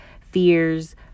fears